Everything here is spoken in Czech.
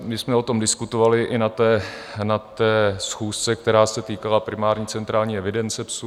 My jsme o tom diskutovali i na schůzce, která se týkala primární Centrální evidence psů.